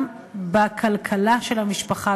גם בכלכלה של המשפחה,